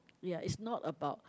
ya it's not about